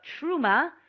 truma